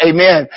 Amen